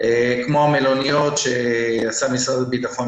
כמו המלוניות שעשה משרד הביטחון,